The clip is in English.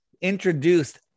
introduced